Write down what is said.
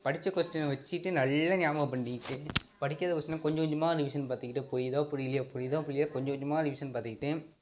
படித்த கொஸ்டினை வச்சுக்கிட்டு நல்ல ஞாபகம் பண்ணிகிட்டு படிக்காத கொஸ்டினை கொஞ்சம் கொஞ்சமாக ரிவிஷன் பார்த்துக்கிட்டு புரியுதோ புரியலியோ புரியுதோ புரியலியோ கொஞ்சம் கொஞ்சமாக ரிவிஷன் பார்த்துக்கிட்டு